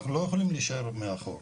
אנחנו לא יכולים להישאר מאחור.